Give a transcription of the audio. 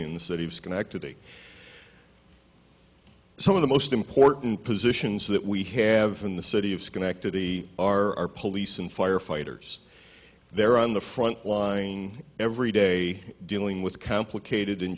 in the city of schenectady some of the most important positions that we have in the city of schenectady our police and firefighters they're on the front line every day dealing with complicated